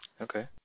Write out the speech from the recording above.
Okay